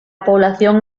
población